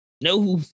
no